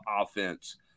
offense